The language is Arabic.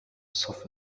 الصف